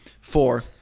four